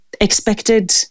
expected